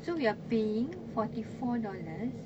so we are paying forty four dollars